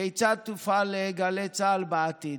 כיצד תופעל גלי צה"ל בעתיד.